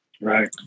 right